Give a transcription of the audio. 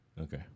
Okay